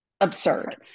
absurd